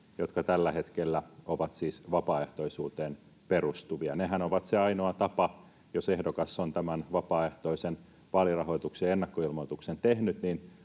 jotka tällä hetkellä ovat siis vapaaehtoisuuteen perustuvia. Nehän ovat se ainoa tapa, jos ehdokas on tämän vapaaehtoisen vaalirahoituksen ennakkoilmoituksen tehnyt,